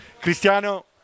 Cristiano